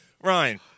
Ryan